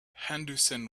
henderson